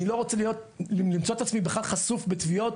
אני לא רוצה למצוא את עצמי בכלל חשוף לתביעות,